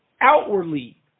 outwardly